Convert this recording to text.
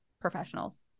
professionals